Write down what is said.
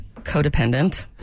codependent